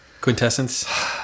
Quintessence